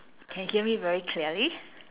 me very clearly